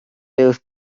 built